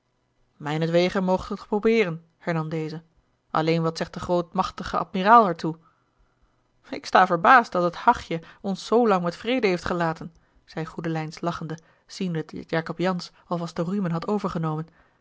riemen mijnentwege moogt ge het probeeren hernam deze alleen wat zegt de grootmachtige admiraal er toe ik sta verbaasd dat het hachje ons zoolang met vrede heeft gelaten zeî goedelijns lachende ziende dat jacob jansz al vast de riemen had overgenomen